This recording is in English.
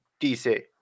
DC